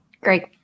Great